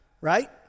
right